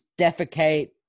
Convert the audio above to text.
Defecate